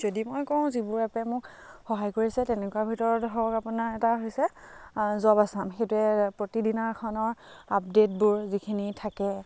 যদি মই কওঁ যিবোৰ এপে মোক সহায় কৰিছে তেনেকুৱাৰ ভিতৰত হওক আপোনাৰ এটা হৈছে জব আছাম সেইটোৱে আপোনাৰ প্ৰতিদিনাখনৰ আপডেটবোৰ যিখিনি থাকে